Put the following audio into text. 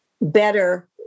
better